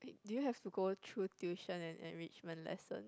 do you have to go through tuition and enrichment lesson